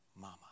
Mama